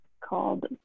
called